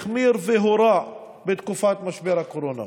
החמיר והורע בתקופת משבר הקורונה.